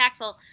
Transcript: impactful